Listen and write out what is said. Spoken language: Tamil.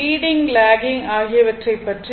லீடிங் லாக்கிங் ஆகியவற்றை பற்றி